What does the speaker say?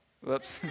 Whoops